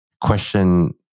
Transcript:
question